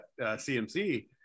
CMC